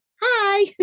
hi